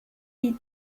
die